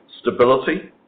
stability